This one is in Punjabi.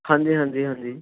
ਹਾਂਜੀ ਹਾਂਜੀ ਹਾਂਜੀ